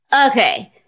Okay